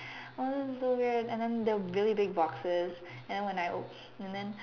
oh this is so weird and they were really big boxes and when I opened and then